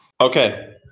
Okay